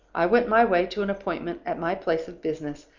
i went my way to an appointment at my place of business,